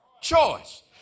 choice